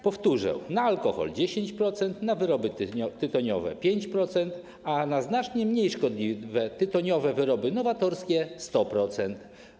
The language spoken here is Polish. Powtórzę: na alkohol - 10%, na wyroby tytoniowe - 5%, a na znacznie mniej szkodliwe tytoniowe wyroby nowatorskie - 100%.